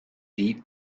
deep